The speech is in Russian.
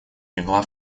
легла